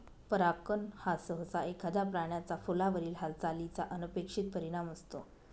परागकण हा सहसा एखाद्या प्राण्याचा फुलावरील हालचालीचा अनपेक्षित परिणाम असतो